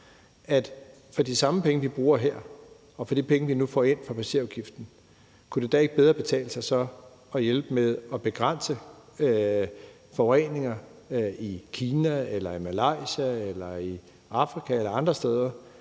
For de samme penge, vi bruger her, og for de penge, vi nu får ind fra passagerafgiften, kunne det da ikke bedre betale sig at hjælpe med at begrænse forureninger i Kina eller Malaysia eller Afrika eller andre steder,